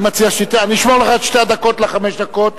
אני אשמור לך את שתי הדקות לחמש דקות.